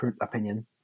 opinion